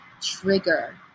trigger